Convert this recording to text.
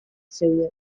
zeuden